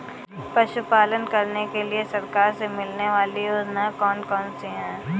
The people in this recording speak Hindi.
पशु पालन करने के लिए सरकार से मिलने वाली योजनाएँ कौन कौन सी हैं?